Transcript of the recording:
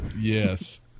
Yes